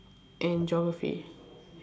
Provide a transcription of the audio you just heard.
and geography